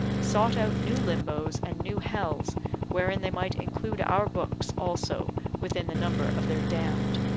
sought out new limbos and new hells wherein they might include our books also within the number of their damned.